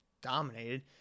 dominated